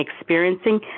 experiencing